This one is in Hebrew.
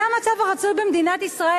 זה המצב הרצוי במדינת ישראל.